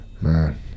Man